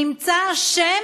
נמצא אשם,